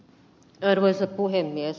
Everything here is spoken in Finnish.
arvoisa puhemies